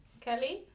kelly